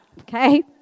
Okay